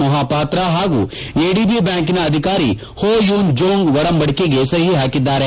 ಮೊಹಾಪಾತ್ರ ಹಾಗೂ ಎಡಿಬಿ ಬ್ವಾಂಕ್ನ ಅಧಿಕಾರಿ ಹೋ ಯೂನ್ ಜೋಂಗ್ ಒಡಂಬಡಿಕೆಗೆ ಸಹಿ ಹಾಕಿದ್ದಾರೆ